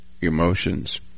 emotions